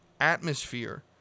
atmosphere